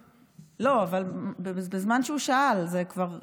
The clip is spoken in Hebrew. לא, אבל בזמן שהוא שאל זה כבר היה,